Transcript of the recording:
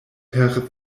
per